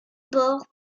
bord